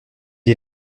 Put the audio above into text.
est